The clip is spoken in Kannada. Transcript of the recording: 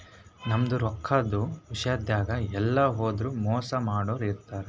ನಮ್ಗ್ ರೊಕ್ಕದ್ ವಿಷ್ಯಾದಾಗ್ ಎಲ್ಲ್ ಹೋದ್ರು ಮೋಸ್ ಮಾಡೋರ್ ಇರ್ತಾರ